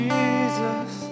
Jesus